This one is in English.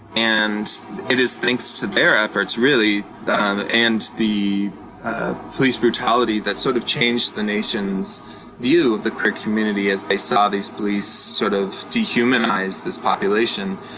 and it is thanks to their efforts, really, and the police brutality that sort of changed the nation's view of the queer community as they saw these police sort of dehumanize this population,